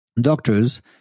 doctors